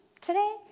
today